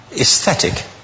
aesthetic